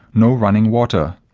no running water.